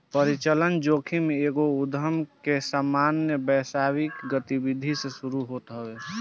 परिचलन जोखिम एगो उधम के सामान्य व्यावसायिक गतिविधि से शुरू होत हवे